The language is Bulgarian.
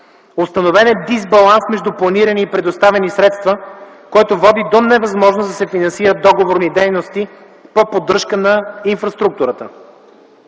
Установен е дисбаланс между планирани и предоставени средства, което води до невъзможност да се финансират договорни дейности по поддръжка на инфраструктурата.